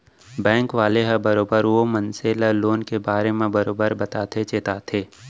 bank वाले ह बरोबर ओ मनसे ल लोन के बारे म बरोबर बताथे चेताथे